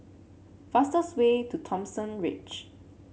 fastest way to Thomson Ridge